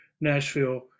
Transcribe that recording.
Nashville